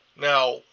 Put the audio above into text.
Now